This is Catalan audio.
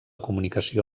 comunicació